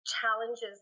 challenges